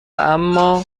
اما